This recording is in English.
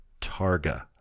Targa